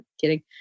kidding